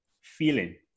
feeling